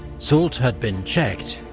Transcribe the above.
soult had been checked,